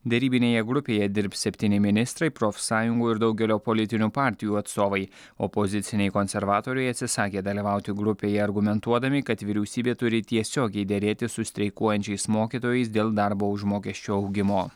derybinėje grupėje dirbs septyni ministrai profsąjungų ir daugelio politinių partijų atstovai opoziciniai konservatoriai atsisakė dalyvauti grupėje argumentuodami kad vyriausybė turi tiesiogiai derėtis su streikuojančiais mokytojais dėl darbo užmokesčio augimo